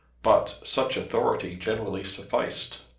but such authority generally sufficed.